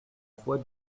foi